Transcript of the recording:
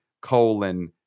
colon